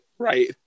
Right